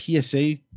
PSA